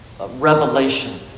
revelation